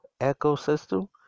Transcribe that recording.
ecosystem